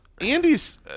Andy's